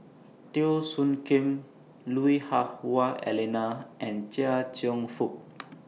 Teo Soon Kim Lui Hah Wah Elena and Chia Cheong Fook